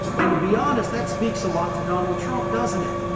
and to be honest, that speaks a lot to donald trump doesn't it?